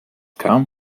kam